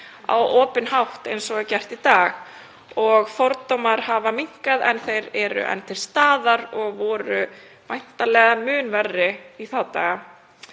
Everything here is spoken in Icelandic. á opinn hátt eins og er gert í dag. Fordómar hafa minnkað en þeir eru enn til staðar og voru væntanlega mun verri í þá